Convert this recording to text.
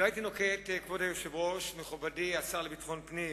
כבוד היושב-ראש, מכובדי השר לביטחון פנים,